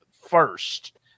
first